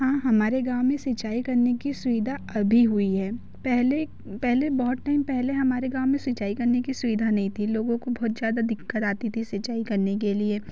हाँ हमारे गाँव में सिंचाई करने की सुविधा अभी हुई है पहले पहले बहुत टाइम पहले हमारे गाँव में सिंचाई करने की सुविधा नहीं थी लोगों को बहुत ज़्यादा दिक्कत आती थी सिंचाई करने के लिए